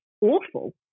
awful